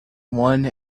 one